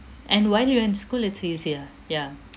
and while you're in school it's easier ya